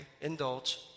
Indulge